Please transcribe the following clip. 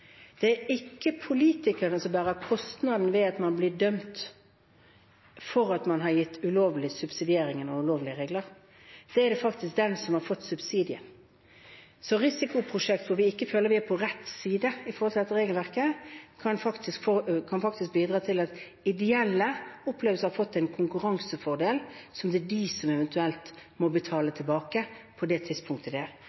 det er ikke politikerne som bærer kostnaden ved at man blir dømt for å ha gitt ulovlige subsidieringer og ulovlige regler. Det er det faktisk den som har fått subsidier, som gjør. Så risikoprosjekt hvor vi ikke føler vi er på rett side når det gjelder dette regelverket, kan faktisk bidra til at ideelle oppleves å ha fått en konkurransefordel, som det er de som eventuelt må betale